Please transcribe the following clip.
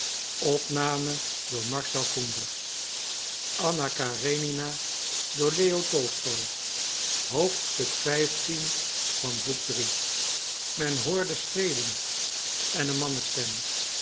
men hoorde schreden en een mannenstem